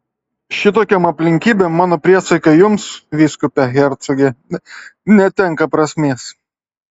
šitokiom aplinkybėm mano priesaika jums vyskupe hercoge netenka prasmės